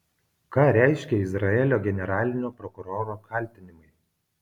ką reiškia izraelio generalinio prokuroro kaltinimai